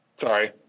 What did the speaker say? Sorry